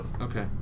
Okay